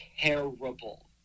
terrible